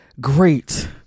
great